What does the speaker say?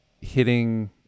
Hitting